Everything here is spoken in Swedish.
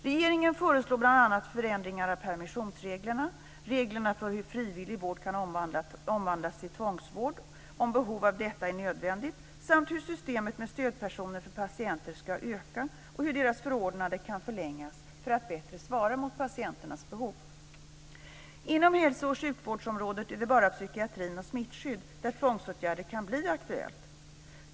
Regeringen föreslår bl.a. förändringar av permissionsreglerna, av reglerna för hur frivillig vård kan omvandlas till tvångsvård om detta är nödvändigt samt att systemet med stödpersoner för patienter ska byggas ut och att stödpersonernas förordnanden kan förlängas för att man bättre ska kunna svara mot patienternas behov. Inom hälso och sjukvårdsområdet är det bara psykiatrin och smittskydd där tvångsåtgärder kan bli aktuellt.